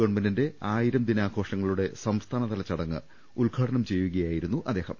ഗവൺമെന്റിന്റെ ആയിരം ദിനാഘോഷങ്ങളുടെ സംസ്ഥാനതല ചടങ്ങ് ഉദ്ഘാടനം ചെയ്യുകയായിരുന്നു അദ്ദേഹം